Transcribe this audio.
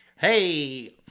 Hey